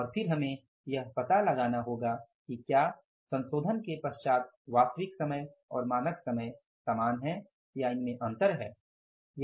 और फिर हमें यह पता लगाना होगा कि क्या संशोधन के बाद वास्तविक समय और मानक समय समान है या इनमे अंतर है